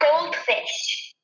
Goldfish